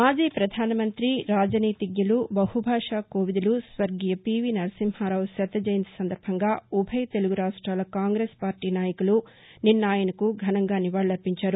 మాజీ ప్రధానమంతి రాజనీతిజ్ఞులు బహుభాషా కోవిదులు స్వర్గీయ పీవీ నరసింహారావు శత జయంతి సందర్బంగా ఉభరు తెలుగు రాష్ట్రాల కాంగ్రెస్ పార్టీ నాయకులు ఆయనకు నిన్న ఘనంగా నివాళులు అర్బించారు